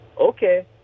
okay